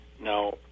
Now